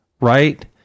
right